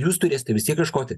jūs turėsite vis tiek ieškoti